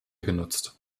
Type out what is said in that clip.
genutzt